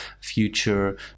future